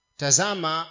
tazama